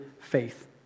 faith